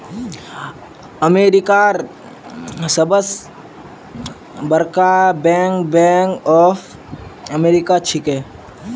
अमेरिकार सबस बरका बैंक बैंक ऑफ अमेरिका छिके